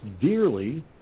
dearly